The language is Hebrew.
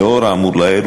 לאור האמור לעיל,